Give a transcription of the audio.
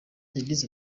yagize